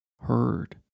heard